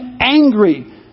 angry